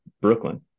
Brooklyn